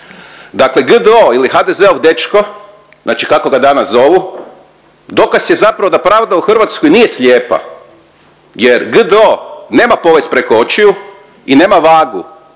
Dakle, GDO ili HDZ-ov dečko, znači kako ga danas zovu dokaz je zapravo da pravda u Hrvatskoj nije slijepa, jer GDO nema povez preko očiju i nema vagu